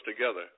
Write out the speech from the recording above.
together